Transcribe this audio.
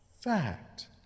fact